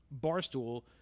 Barstool